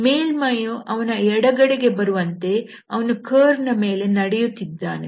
ಮೇಲ್ಮೈಯು ಅವನ ಎಡಗಡೆಗೆ ಬರುವಂತೆ ಅವನು ಕರ್ವ್ ನ ಮೇಲೆ ನಡೆಯುತ್ತಿದ್ದಾನೆ